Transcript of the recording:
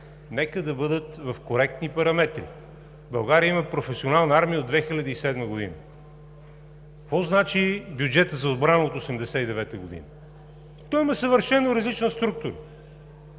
нека да бъдат в коректни параметри. България има професионална армия от 2007 г. Какво значи „бюджета за отбрана от 1989 г.“? Той има съвършено различна структура,